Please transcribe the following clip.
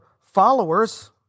followers